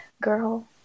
girl